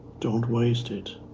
don't waste it.